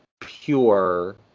pure